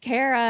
Kara